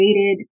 created